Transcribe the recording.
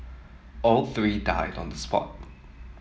all three died on the spot